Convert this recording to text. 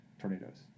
tornadoes